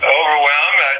overwhelmed